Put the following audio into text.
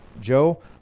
Joe